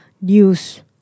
news